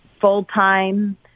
full-time